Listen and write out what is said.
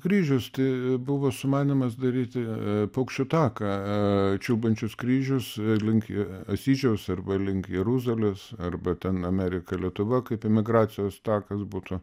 kryžius tai buvo sumanymas daryti paukščių taką čiulbančius kryžius link asyžiaus arba link jeruzalės arba ten amerika lietuva kaip emigracijos takas būtų